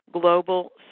Global